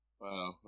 Wow